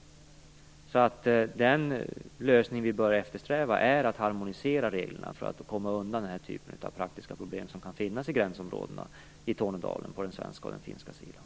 Den lösning vi bör eftersträva är att harmonisera reglerna för att komma undan den typ av praktiska problem som kan finnas i gränsområdena i Tornedalen på den svenska och på den finska sidan.